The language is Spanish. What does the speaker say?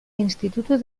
instituto